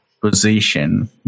position